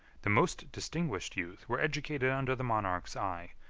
the most distinguished youth were educated under the monarch's eye,